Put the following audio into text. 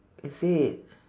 is it